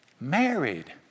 married